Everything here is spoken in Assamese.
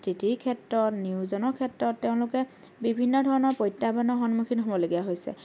স্থিতিৰ ক্ষেত্ৰত নিয়োজনৰ ক্ষেত্ৰত তেওঁলোকে বিভিন্নধৰণৰ প্ৰত্যাহ্বানৰ সন্মুখীন হ'বলগীয়া হৈছে